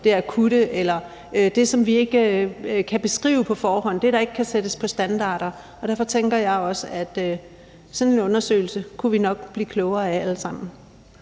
det akutte eller det, som vi ikke kan beskrive på forhånd; det, der ikke kan sættes på standarder. Og derfor tænker jeg også, at sådan en undersøgelse kunne vi nok blive klogere af alle sammen.